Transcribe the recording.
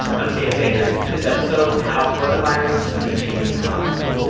i'm sam sanders. this episode, how coronavirus is reshaping hollywood.